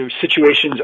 situations